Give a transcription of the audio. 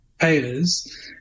payers